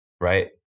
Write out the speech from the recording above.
right